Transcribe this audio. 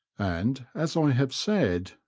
and as i have said,